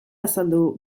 azaldu